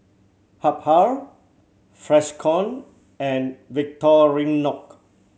Habhal Freshkon and Victorinox